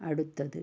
അടുത്തത്